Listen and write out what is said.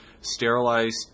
sterilized